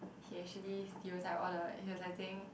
he actually stereotype all the he was like saying